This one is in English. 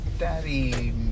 Daddy